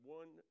one